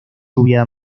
lluvia